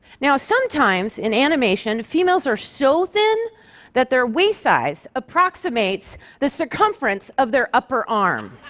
now, sometimes, in animation, females are so thin that their waist size approximates the circumference of their upper arm.